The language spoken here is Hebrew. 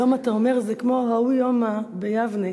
היום, אתה אומר, זה כמו "ההוא יומא" ביבנה: